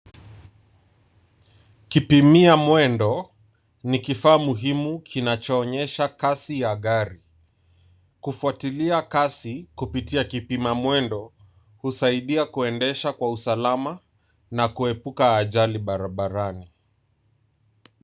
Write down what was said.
Kipimia mwendo ni kifaa muhimu kinacho onyesha kasi ya gari. Kufuatilia Kasi kupitia kipima mwendo, husaidia kuendesha kwa usalama na kuepuka ajali barabarani.